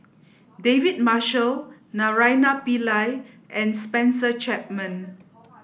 David Marshall Naraina Pillai and Spencer Chapman